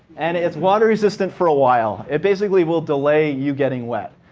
and it's water resistant for a while. it basically will delay you getting wet.